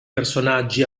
personaggi